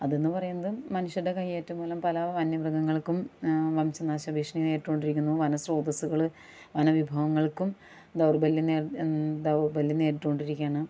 അതെന്ന് പറയുന്നതും മനുഷ്യരുടെ കയ്യേറ്റം മൂലം പല വന്യമൃഗങ്ങള്ക്കും വംശനാശ ഭീഷണി നേരിട്ട് കൊണ്ടിരിക്കുന്നു വന സ്രോതസ്സുകള് വന വിഭവങ്ങള്ക്കും ദൗര്ബല്യം നേര് എ ദൗര്ബല്യം നേരിട്ട് കൊണ്ടിരിക്കുകയാണ്